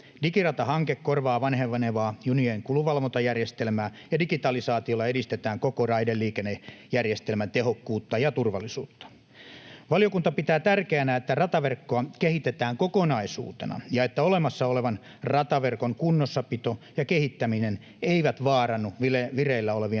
Digirata-hanke korvaa vanhenevaa junien kulunvalvontajärjestelmää, ja digitalisaatiolla edistetään koko raideliikennejärjestelmän tehokkuutta ja turvallisuutta. Valiokunta pitää tärkeänä, että rataverkkoa kehitetään kokonaisuutena ja että olemassa olevan rataverkon kunnossapito ja kehittäminen eivät vaarannu vireillä olevien